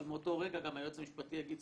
אבל מאותו רגע גם היועץ המשפטי יגיד,